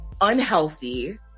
unhealthy